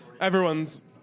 Everyone's